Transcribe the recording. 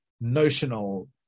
notional